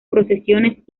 procesiones